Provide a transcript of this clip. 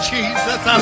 Jesus